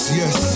yes